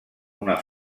una